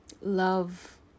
love